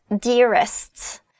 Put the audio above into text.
dearest